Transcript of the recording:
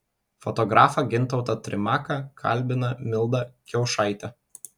fotografą gintautą trimaką kalbina milda kiaušaitė